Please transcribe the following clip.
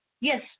Yes